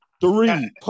Three